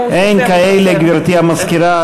אין כאלה, גברתי המזכירה.